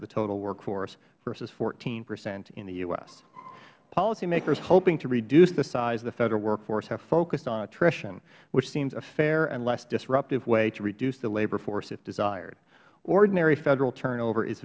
of the total workforce versus fourteen percent in the u s policymakers hoping to reduce the size of the federal workforce have focused on attrition which seems a fair and less disruptive way to reduce the labor force if desired ordinary federal turnover is